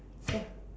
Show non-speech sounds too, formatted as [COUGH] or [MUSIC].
[NOISE]